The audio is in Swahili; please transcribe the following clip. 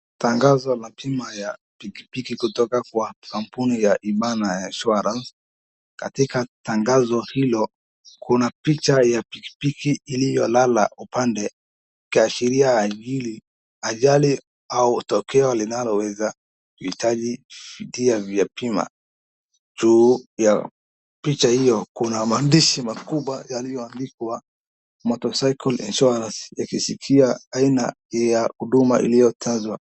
Tangazo la bima ya pikipiki kutoka kwa kampuni ya Imana insurance. Katika tangazo hilo, kuna picha ya pikipiki iliyolala upande kuashiria ajali au tokeo linalowea kuhitaji fidia za bima. Juu ya picha hili kuna maandishi makubwa yaliyoandikwa motorcycle insurance yakisifia aina ya huduma iliyotajwa.